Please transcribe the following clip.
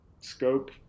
scope